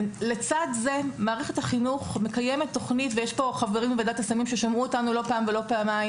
לצד זה ויש פה חברים בוועדת הסמים ששמעו אותנו לא פעם ולא פעמיים